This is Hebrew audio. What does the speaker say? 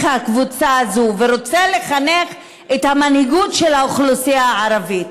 את הקבוצה הזאת ורוצה לחנך את המנהיגות של האוכלוסייה הערבית.